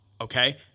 Okay